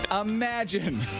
imagine